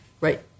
right